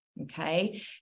Okay